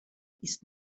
ist